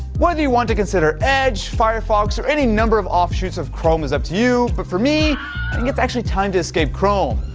whether you want to consider edge, firefox or any number of offshoots of chrome is up to you. but for me, i think it's actually time to escape chrome,